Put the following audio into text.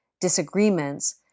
disagreements